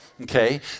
Okay